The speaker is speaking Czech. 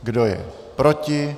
Kdo je proti?